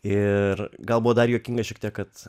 ir galbūt dar juokinga šiek tiek kad